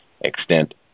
extent